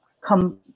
come